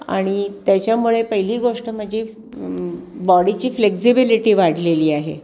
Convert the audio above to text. आणि त्याच्यामुळे पहिली गोष्ट माझी बॉडीची फ्लेक्झिबिलिटी वाढलेली आहे